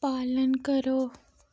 पालन करो